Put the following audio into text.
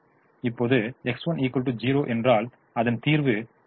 இப்போது X1 0 என்றால் அதன் தீர்வு v1 உள்ளது